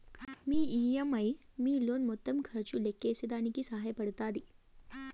మీ EMI మీ loan మొత్తం ఖర్చు లెక్కేసేదానికి సహాయ పడతాది